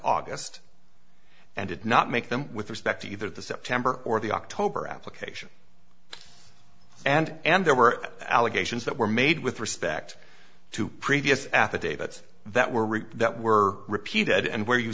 august and did not make them with respect to either the september or the october application and and there were allegations that were made with respect to previous affidavits that were written that were repeated and where you